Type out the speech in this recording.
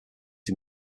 him